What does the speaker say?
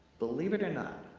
believe it or not,